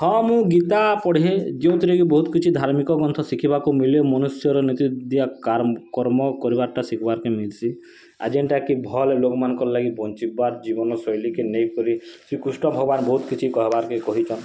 ହଁ ମୁଁ ଗୀତା ପଢ଼େ ଯେଉଁଥିରେ କି ବହୁତ୍ କିଛି ଧାର୍ମିକ ଗ୍ରନ୍ଥ ଶିଖିବାକୁ ମିଲେ ମନୁଷ୍ୟର ନୀତିଦିନିଆ କର୍ମ କରବାର୍ ଟା ଶିଖିବାର୍କେ ମିଲସି ଆଉ ଯେନ୍ତା କି ଭଲ୍ ଲୋକମାନଙ୍କର୍ ଲାଗି ବଞ୍ଚିବାର୍ ଜୀବନଶୈଳୀକେ ନେଇକରି ଶ୍ରୀକୃଷ୍ଣ ଭଗବାନ୍ ବହୁତ୍ କିଛି କହେବାର୍କେ କହିଛନ୍